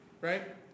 right